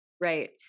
Right